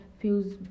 feels